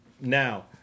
Now